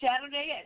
Saturday